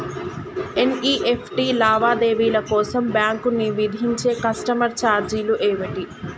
NEFT లావాదేవీల కోసం bank విధించే కస్టమర్ ఛార్జీలు ఏమిటి?